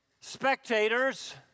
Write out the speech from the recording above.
spectators